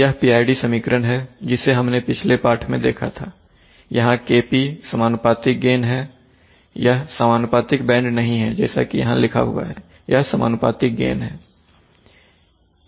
यह PID समीकरण है जिसे हमने पिछले पाठ में भी देखा था यहां Kp समानुपातिक गेन है यह समानुपातिक बैंड नहीं है जैसा कि यह लिखा हुआ है यह समानुपातिक गेन है